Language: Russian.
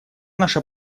наша